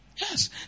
Yes